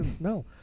No